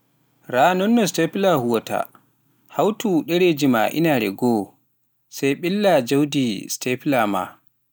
Raa non no stapler huwata, hawtu ɗereeji maa inaare go'o, sey ɓilla jawdi stapler maa.